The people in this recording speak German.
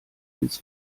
ins